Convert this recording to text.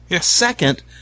Second